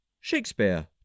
Shakespeare